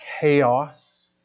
chaos